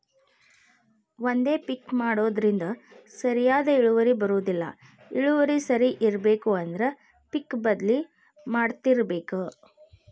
ಒಂದೇ ಪಿಕ್ ಮಾಡುದ್ರಿಂದ ಸರಿಯಾದ ಇಳುವರಿ ಬರುದಿಲ್ಲಾ ಇಳುವರಿ ಸರಿ ಇರ್ಬೇಕು ಅಂದ್ರ ಪಿಕ್ ಬದ್ಲಿ ಮಾಡತ್ತಿರ್ಬೇಕ